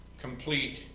complete